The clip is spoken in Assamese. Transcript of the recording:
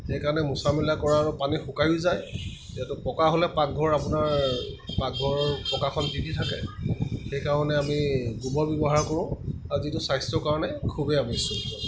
সেইকাৰণে মোচা মিলা কৰা আৰু পানী শুকায়ো যায় যিহেতু পকা হ'লে পাকঘৰ আপোনাৰ পাকঘৰৰ পকাখন তিতি থাকে সেইকাৰণে আমি গোবৰ ব্যৱহাৰ কৰোঁ আৰু যিটো স্বাস্থ্যৰ কাৰণে খুবেই আৱশ্যকীয়